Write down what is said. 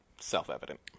self-evident